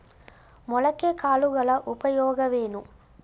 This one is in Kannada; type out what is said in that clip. ಮೊಳಕೆ ಕಾಳುಗಳ ಉಪಯೋಗವೇನು?